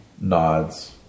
nods